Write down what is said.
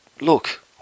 Look